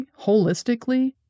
holistically